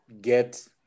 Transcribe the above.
get